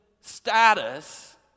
status